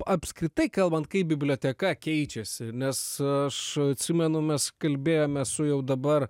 apskritai kalbant kaip biblioteka keičiasi nes aš atsimenu mes kalbėjome su jau dabar